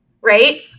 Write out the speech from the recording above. right